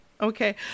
Okay